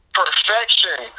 perfection